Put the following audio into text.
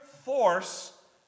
force